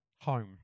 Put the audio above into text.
home